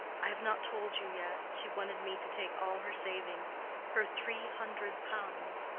i have not told you yet she wanted me to take all her savings her three hundred pounds.